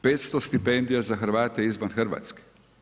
500 stipendija za Hrvate izvan Hrvatske.